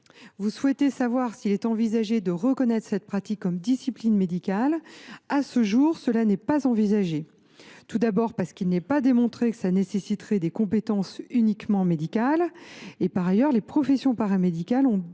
Vous souhaitez savoir s’il est possible de reconnaître cette pratique comme discipline médicale. À ce jour, cela n’est pas envisagé. D’abord, il n’est pas démontré que cela nécessiterait des compétences uniquement médicales ; des professions paramédicales ont ainsi